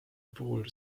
puhul